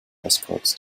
escorts